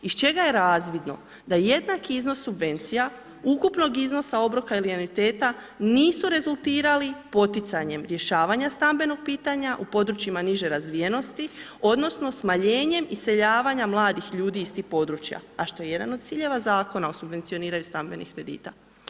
Iz čega je razvidno da jednak iznos subvencija ukupnog iznosa obroka ... nisu rezultirali poticanjem rješavanja stambenog pitanja u područjima niže razvijenosti odnosno smanjenjem iseljavanja mladih ljudi iz tih područja, a što je jedan od ciljeva Zakona o subvencioniranju stambenih kredita.